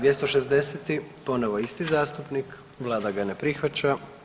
260. ponovo isti zastupnik, vlada ga ne prihvaća.